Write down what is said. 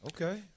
Okay